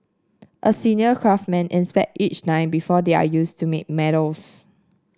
a senior craftsman inspect each die before they are used to make medals